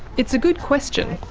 it's a good question.